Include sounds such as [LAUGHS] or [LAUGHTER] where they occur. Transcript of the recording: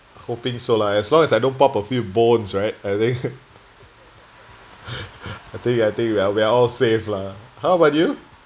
hoping so lah as long as I don't pop a few bones right I think [LAUGHS] I think I think we are all safe lah how about you